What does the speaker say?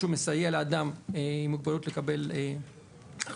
שהוא מסייע לאדם עם מוגבלות לקבל החלטות.